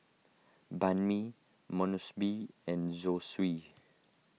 Banh Mi and Zosui